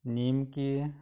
নিম্কী